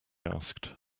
asked